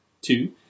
two